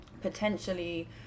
potentially